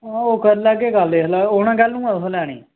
हां ओह् करी लैह्गे गल्ल जिसलै औना कैह्लूं ऐं तुसें लैने ईं